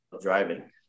driving